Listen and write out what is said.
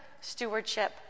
stewardship